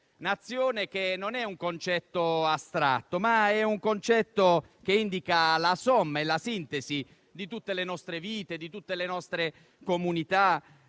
Nazione non è un concetto astratto, ma indica la somma e la sintesi di tutte le nostre vite, di tutte le nostre comunità